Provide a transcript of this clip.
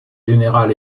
général